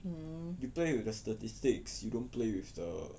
mm